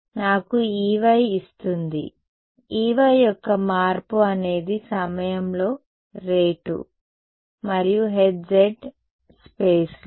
కాబట్టి నాకు Ey ఇస్తుంది Ey యొక్క మార్పు అనేది సమయంలో రేటు మరియు Hz స్పేసులో